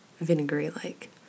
vinegary-like